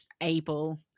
able